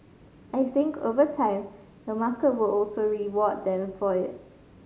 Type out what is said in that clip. I think over time the market will also reward them for it